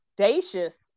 audacious